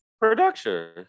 Production